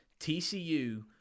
TCU